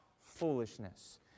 foolishness